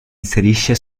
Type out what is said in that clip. inserisce